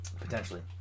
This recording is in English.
Potentially